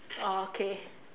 okay